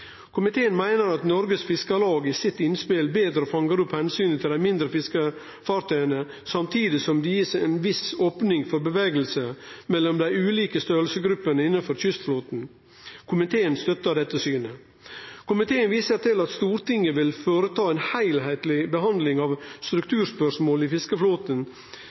Norges Fiskarlag i sitt innspill bedre fanger opp hensynet til de mindre fiskefartøyene samtidig som det gis en viss åpning for bevegelse mellom de ulike størrelsesgruppene innen kystflåten. Komiteen støtter dette synet. Komiteen viser til at Stortinget vil foreta en helhetlig behandling av strukturspørsmål i fiskeflåten